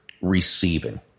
receiving